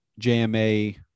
JMA